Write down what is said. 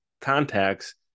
contacts